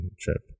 trip